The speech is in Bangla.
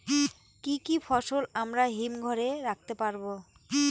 কি কি ফসল আমরা হিমঘর এ রাখতে পারব?